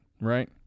right